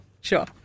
Sure